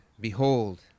Behold